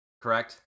Correct